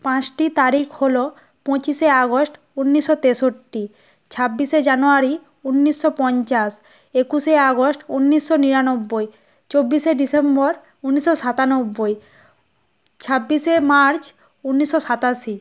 পাঁচটি তারিখ হলো পঁচিশে আগস্ট ঊনিশশো তেষট্টি ছাব্বিশে জানুয়ারি ঊনিশশো পঞ্চাশ একুশে আগস্ট ঊনিশশো নিরানব্বই চব্বিশে ডিসেম্বর ঊনিশশো সাতানব্বই ছাব্বিশে মার্চ ঊনিশশো সাতাশি